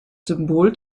symbol